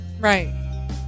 right